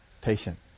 patient